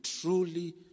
truly